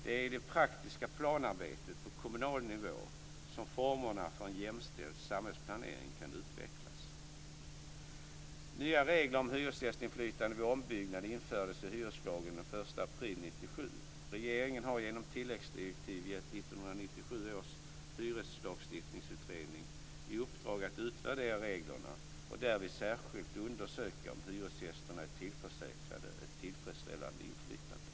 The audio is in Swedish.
Det är i det praktiska planarbetet på kommunal nivå som formerna för en jämställd samhällsplanering kan utvecklas. Nya regler om hyresgästinflytande vid ombyggnad infördes i hyreslagen den 1 april 1997. Regeringen har genom tilläggsdirektiv gett 1997 års hyreslagstiftningsutredning i uppdrag att utvärdera reglerna och därvid särskilt undersöka om hyresgästerna är tillförsäkrade ett tillfredsställande inflytande.